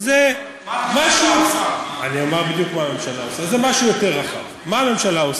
זה משהו, כן, אדוני, מה הממשלה עושה?